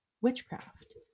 witchcraft